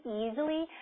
easily